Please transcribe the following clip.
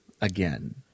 again